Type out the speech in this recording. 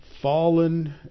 fallen